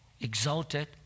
exalted